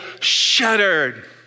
shuddered